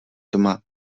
tma